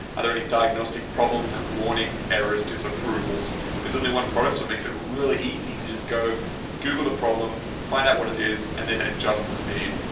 are there any diagnostic problems like warnings, errors, disapproval's? there is only one product so it makes it really easy to just go google the problem find out what it is, and then adjust the feed,